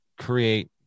create